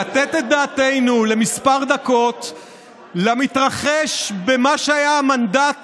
לתת דעתנו לכמה דקות למתרחש במה שהיה המנדט